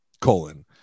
colon